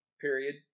period